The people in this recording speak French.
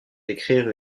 d’écrire